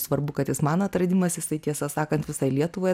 svarbu kad jis man atradimas jisai tiesą sakant visai lietuvai